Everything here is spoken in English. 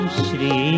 Shri